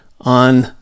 on